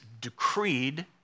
decreed